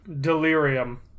Delirium